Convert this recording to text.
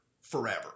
forever